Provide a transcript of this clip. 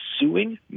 suing